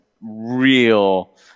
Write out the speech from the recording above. real